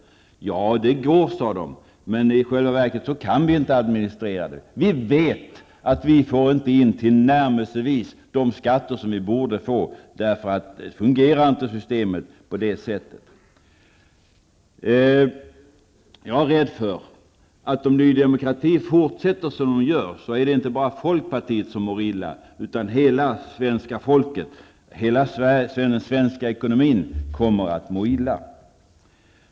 De svarade att det går, men att de i själva verket inte klarar att administrera situationen. De vet att de inte får in tillnärmelsevis de skatter de borde få. Systemet fungerar inte så. Jag är rädd för att om Ny Demokrati fortsätter som man gör nu, kommer inte bara folkpartiet att må illa. Hela svenska folket och den svenska ekonomin kommer att må illa.